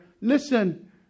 Listen